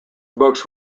books